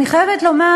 אני חייבת לומר,